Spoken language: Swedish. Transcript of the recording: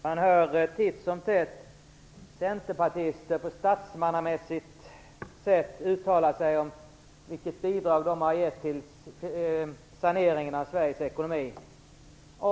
Herr talman! Man hör titt som tätt centerpartister på statsmannamässigt sätt uttala sig om vilket bidrag Centerpartiet har givit till saneringen av Sveriges ekonomi.